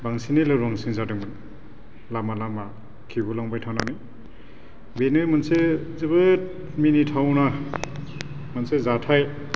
बांसिनै लोरबांसिन जादोंमोन लामा लामा खिगुलांबाय थानानै बेनो मोनसे जोबोद मिनिथावना मोनसे जाथाय